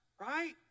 right